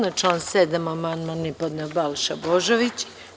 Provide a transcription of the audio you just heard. Na član 7. amandman je podneo Balša Božović.